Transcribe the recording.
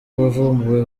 wavumbuwe